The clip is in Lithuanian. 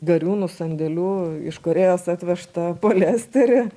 gariūnų sandėlių iš korėjos atvežtą poliesterį